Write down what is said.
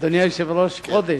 אדוני היושב-ראש, חודש.